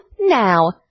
now